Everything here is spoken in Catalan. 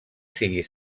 sigui